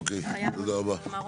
אוקיי, תודה רבה.